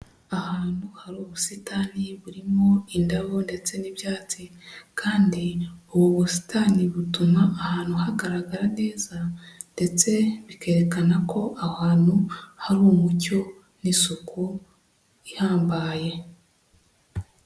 Ahantu hari ubusitani burimo indabo ndetse n'ibyatsi kandi ubu busitani butuma ahantu hagaragara neza ndetse bikerekana ko aho hantu hari umucyo n'isuku ihambaye.